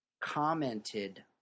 commented